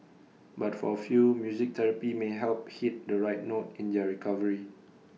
but for A few music therapy may help hit the right note in their recovery